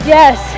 yes